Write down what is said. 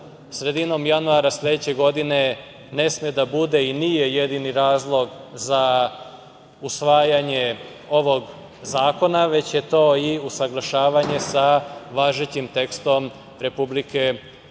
sredinom januara sledeće godine ne sme da bude i nije jedini razlog za usvajanje ovog zakona, već je to i usaglašavanje sa važećim tekstom Republike